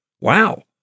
wow